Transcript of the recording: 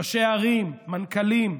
ראשי ערים, מנכ"לים,